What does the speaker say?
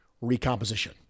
recomposition